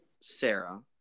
Sarah